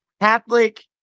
Catholic